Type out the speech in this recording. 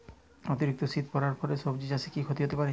অতিরিক্ত শীত পরার ফলে সবজি চাষে কি ক্ষতি হতে পারে?